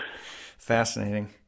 Fascinating